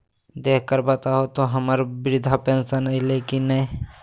देख कर बताहो तो, हम्मर बृद्धा पेंसन आयले है की नय?